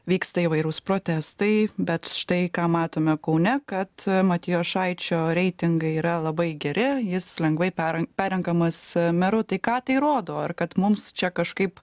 vyksta įvairūs protestai bet štai ką matome kaune kad matijošaičio reitingai yra labai geri jis lengvai per perrenkamas meru tai ką tai rodo ar kad mums čia kažkaip